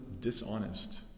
dishonest